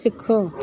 ਸਿੱਖੋ